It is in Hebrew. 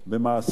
במעשים,